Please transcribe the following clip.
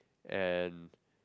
and